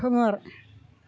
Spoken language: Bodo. खोमोर